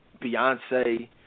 Beyonce